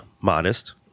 Modest